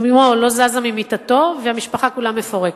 אמו לא זזה ממיטתו והמשפחה כולה מפורקת.